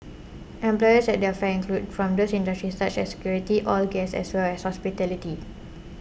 employers at their fair include from those industries such as security oil gas as well as hospitality